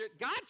God